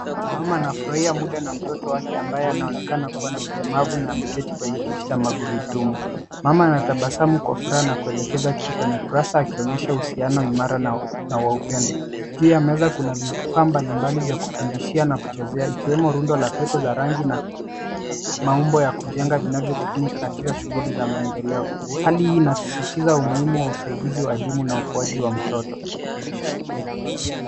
Mama anafurahia muda na mtoto wake ambaye anaonekana kuwa na ulemavu na ameketi kwenye kiti cha magurudumu. Mama anatabasamu kwa furaha na kuelekeza kitu kwenye ukurasa akionyesha uhusiano imara na wa upendo. Juu ya meza kuna vifaa mbalimbali vya kufundishia na kuchezea ikiwemo rundo la pete la rangi na maumbo ya kujenga vinavyotumika katika shughuli za maendeleo. Hali hii inasisitiza umuhimu wa usaidizi wa walimu ukuaji wa moto.